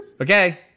Okay